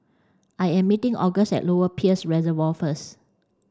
I am meeting August at Lower Peirce Reservoir first